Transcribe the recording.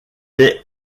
est